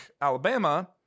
Alabama